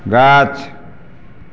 गाछ